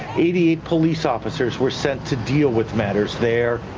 eighty eight police officers were sent to deal with matters there.